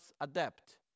adapt